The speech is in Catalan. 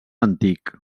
antic